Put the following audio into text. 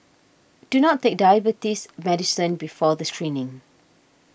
do not take diabetes medicine before the screening